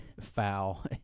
foul